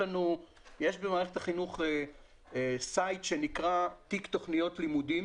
במערכת החינוך יש סייד שנקרא תיק תוכניות לימודים